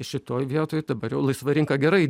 šitoj vietoj dabar laisva rinka gerai